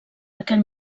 aquell